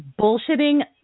bullshitting